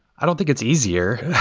i don't think it's easier.